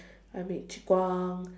I meet Chi Guang